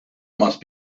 must